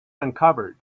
uncovered